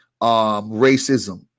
racism